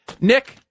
Nick